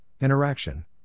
interaction